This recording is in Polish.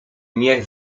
nie